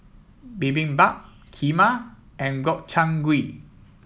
Bibimbap Kheema and Gobchang Gui